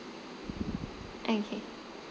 okay